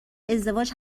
ازدواج